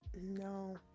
No